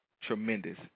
tremendous